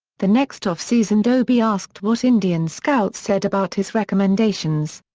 the next offseason doby asked what indians' scouts said about his recommendations.